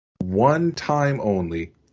one-time-only